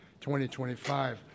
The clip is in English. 2025